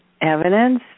evidence